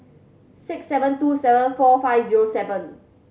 six seven two seven four five zero seven